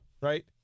right